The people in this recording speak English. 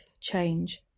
Change